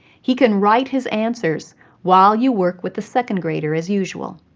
he can write his answers while you work with the second grader as usual.